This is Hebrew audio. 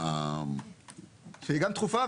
זו המשמעות.